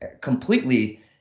completely